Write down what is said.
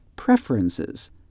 Preferences